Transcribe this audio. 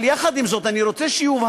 אבל יחד עם זאת, אני רוצה שיובהר,